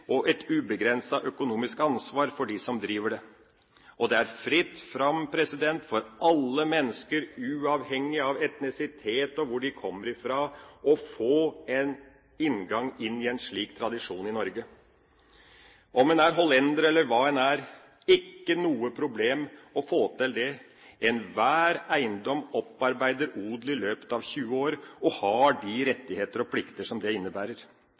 og et ubegrenset økonomisk ansvar for dem som driver det. Det er fritt fram for alle mennesker, uavhengig av etnisitet og hvor de kommer fra, å få en inngang inn i en slik tradisjon i Norge. Om en er hollender eller hva en er – ikke noe problem å få til det. Enhver eiendom opparbeider odel i løpet av 20 år og har de rettigheter og plikter som det innebærer.